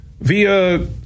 via